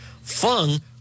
Fung